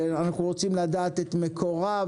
שאנחנו רוצים לדעת את מקורה,